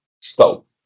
scope